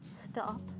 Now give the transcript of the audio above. Stop